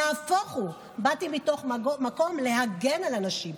נהפוך הוא, באתי מתוך מקום להגן על הנשים.